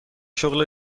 شغل